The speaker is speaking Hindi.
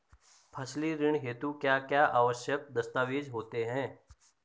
फसली ऋण हेतु क्या क्या आवश्यक दस्तावेज़ होते हैं?